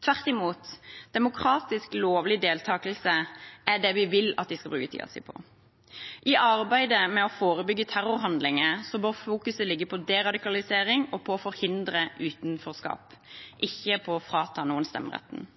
Tvert imot, demokratisk lovlig deltakelse er det vi vil at de skal bruke tiden sin på. I arbeidet med å forebygge terrorhandlinger må fokuset ligge på deradikalisering og på å forhindre utenforskap, ikke